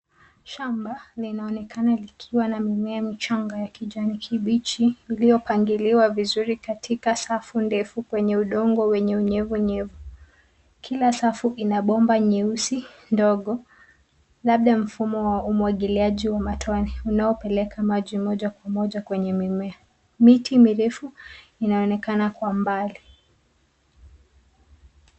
Shamba linaonekana likiwa na mimea michanga ya kijani kibichi iliyopandiliwa vizuri katika safu ndefu kwenye udongo wenye unyevu nyevu .Kila safu ina bomba nyeusi dogo, labda mfumo wa umwangiliaji wa matone unaopeleka maji moja kwa moja kwenye mimea. Miti mirefu inaonekana kwa mbali.